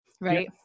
right